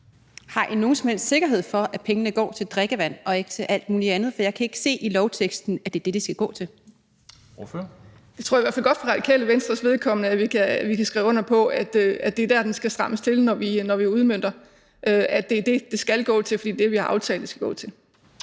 Har I nogen som helst sikkerhed for, at pengene går til drikkevand og ikke til alt muligt andet? For jeg kan ikke se i lovteksten, at det er det, de skal gå til. Kl. 11:10 Formanden (Henrik Dam Kristensen): Ordføreren. Kl. 11:10 Kathrine Olldag (RV): Jeg tror i hvert fald godt, at vi for Radikale Venstres vedkommende kan skrive under på, at det er der, den skal strammes til, når vi udmønter det – at det er det, det skal gå til, fordi det er det, vi har aftalt at det skal gå til.